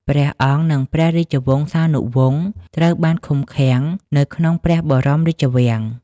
ព្រះអង្គ និងព្រះរាជវង្សានុវង្សត្រូវបានឃុំឃាំងនៅក្នុងព្រះបរមរាជវាំង។